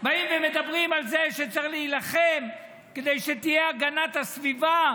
באים ומדברים על זה שצריך להילחם כדי שתהיה הגנת הסביבה,